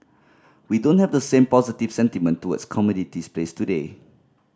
we don't have the same positive sentiment towards commodities plays today